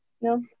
no